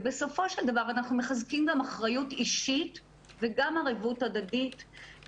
בסופו של דבר אנחנו מחזקים גם אחריות אישית וגם ערבות הדדית.